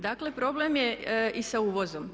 Dakle, problem je i sa uvozom.